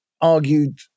argued